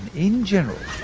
and in general,